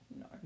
no